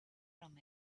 from